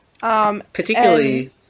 Particularly